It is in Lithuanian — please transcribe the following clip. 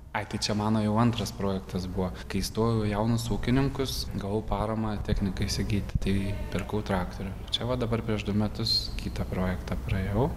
ai tai čia mano jau antras projektas buvo kai stojau į jaunus ūkininkus gavau paramą technikai įsigyti tai pirkau traktorių čia va dabar prieš du metus kitą projektą praėjau